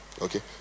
okay